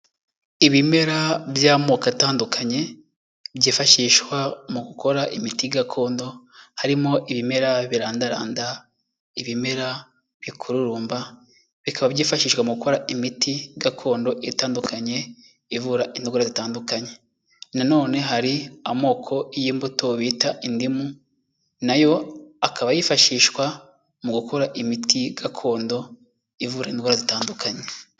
Ibimera by'amoko atandukanye, byifashishwa mu gukora imiti gakondo, harimo ibimera birandaranda, ibimera bikururumba, bikaba byifashishwa mu gukora imiti gakondo itandukanye ivura indwara zitandukanye, na none hari amoko y'imbuto bita indimu na yo akaba yifashishwa mu gukora imiti gakondo, ivura indwara zitandukanye.